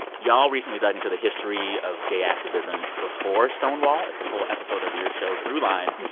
y'all recently dug into the history of gay activism before stonewall. it's a whole episode of your show, throughline.